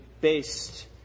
based